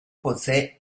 posee